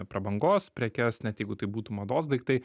prabangos prekes net jeigu tai būtų mados daiktai